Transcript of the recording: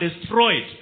destroyed